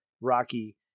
Rocky